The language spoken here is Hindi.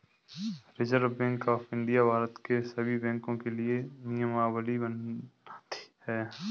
reserve bank of India Bharat के सभी बैंकों के लिए नियमावली बनाती है